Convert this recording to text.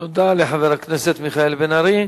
תודה לחבר הכנסת מיכאל בן-ארי.